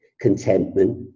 contentment